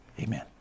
Amen